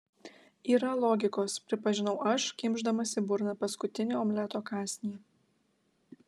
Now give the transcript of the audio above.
yra logikos pripažinau aš kimšdamas į burną paskutinį omleto kąsnį